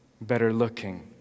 better-looking